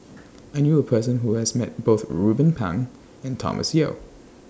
I knew A Person Who has Met Both Ruben Pang and Thomas Yeo